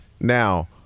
Now